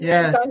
Yes